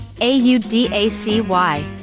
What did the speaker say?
A-U-D-A-C-Y